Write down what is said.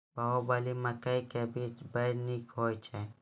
बाहुबली मकई के बीज बैर निक होई छै